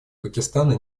пакистана